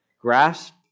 Grasp